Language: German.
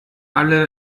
alle